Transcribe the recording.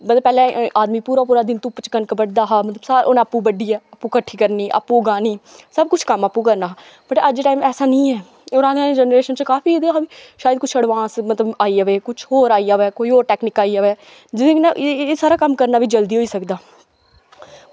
मतलब पैह्लें आदमी पूरा पूरा दिन धुप्प च कनक बड्ढदा हा मतलव सा हून आपूं बड्डियै आपूं कट्ठी करनी आपू गाह्नी सब कुछ कम्म आपूं करना बट अज दे टाइम ऐसा निं ऐ और आने आह्ली जनरेशन च काफी एह्दे शा शायद कुछ एडवांस मतलव आई जावे कुछ होर आई जावै कुछ होर टैक्नीक आई जावै जिदे कन्नै एह् सारा कम्म करना वी जल्दी होई सकदा